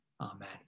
amen